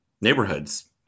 neighborhoods